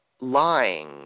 lying